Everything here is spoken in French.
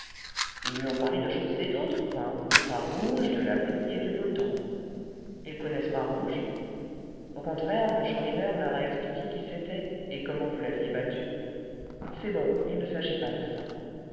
ils lui ont parlé de choses et d'autres quoi de bras rouge de la pluie et du beau temps ils connaissent bras rouge au contraire le chourineur leur a expliqué qui c'était et comment vous l'aviez battu c'est bon il ne s'agit pas de ça